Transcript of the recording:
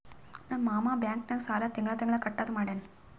ನಮ್ ಮಾಮಾ ಬ್ಯಾಂಕ್ ನಾಗ್ ಸಾಲ ತಿಂಗಳಾ ತಿಂಗಳಾ ಕಟ್ಟದು ಮಾಡ್ಯಾನ್